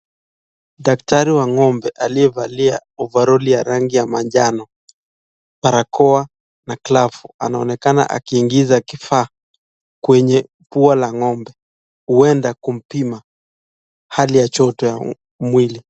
Daktari wa ng'ombe aliyevalia ovaroli ya rangi ya manjano, barakoa na glavu, anaonekana akiingiza kifaa kwenye pua la ng'ombe, huwenda kumpima hali ya joto ya mwili.